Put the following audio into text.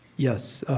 yes.